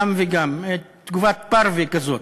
גם וגם, תגובת פרווה כזאת.